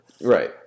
Right